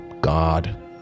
god